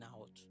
out